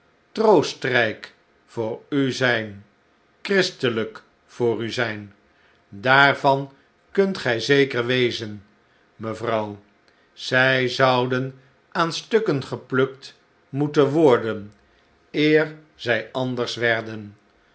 troostrijk voor u zijn christelijk voor u zijn daarvan kunt gij zeker wezen mevrouw zij zoudenaanstukkengeplukt moeten worden eer zij anders werden